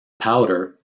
powder